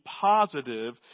positive